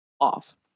off